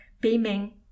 beaming